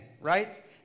right